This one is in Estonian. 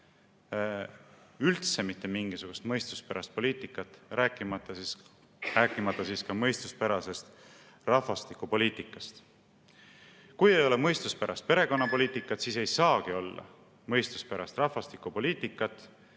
üldse mitte mingisugust mõistuspärast poliitikat, rääkimata mõistuspärasest rahvastikupoliitikast. Kui ei ole mõistuspärast perekonnapoliitikat, siis ei saagi olla mõistuspärast rahvastikupoliitikat.